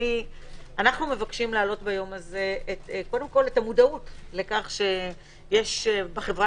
אנו מבקשים להעלות ביום הזה את המודעות לכך שיש בחברה